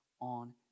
on